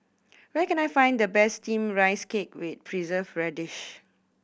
where can I find the best Steamed Rice Cake with Preserved Radish